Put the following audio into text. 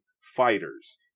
fighters